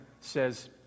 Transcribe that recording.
says